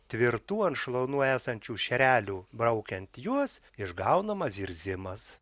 tvirtų ant šlaunų esančių šerelių braukiant juos išgaunamas zirzimas